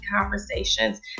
conversations